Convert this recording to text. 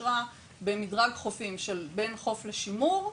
אושרה במדרג חופים של בין חוף לשימור,